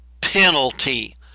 penalty